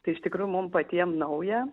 tai iš tikrųjų mum patiem nauja